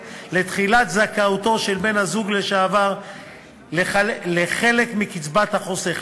לתחילת זכאותו של בן-הזוג לשעבר לחלק מקצבת החוסך,